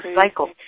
cycle